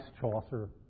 Chaucer